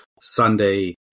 Sunday